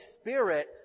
Spirit